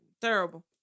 terrible